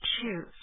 choose